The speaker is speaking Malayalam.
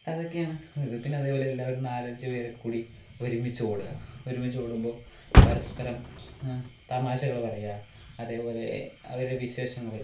അതൊക്കെയാണ് ഇത് പിന്നെ അതുപോലെ എല്ലാവരും നാലഞ്ചു പേരൊക്കെ കൂടി ഒരുമിച്ചു ഓടുക ഒരുമിച്ച് ഓടുമ്പോൾ പരസ്പരം തമാശകൾ പറയുക അതേപോലെ അവരെ വിശേഷങ്ങൾ